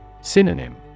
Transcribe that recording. synonym